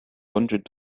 hundred